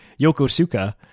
Yokosuka